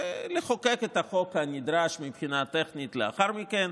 ולחוקק את החוק הנדרש מבחינה טכנית לאחר מכן.